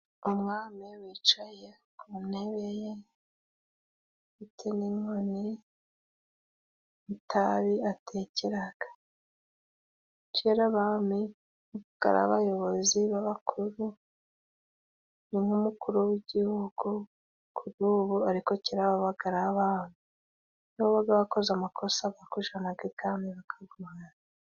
Umwami wicaye ku ntebe ye ufite n'inkono y'itabi atekera. Kera abami babaga ari abayobozi b'abakuru. Ni nk'umukuru w'igihugu kuri ubu, ariko kera babaga ari abami. Iyo wabaga wakoze amakosa bakujyanaga ibwami bakaguhana.